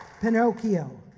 Pinocchio